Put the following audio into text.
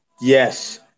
Yes